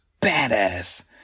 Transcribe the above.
badass